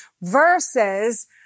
versus